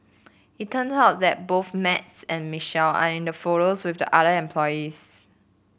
it turns out that both Max and Michelle are in the photos with the other employees